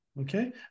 Okay